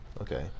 Okay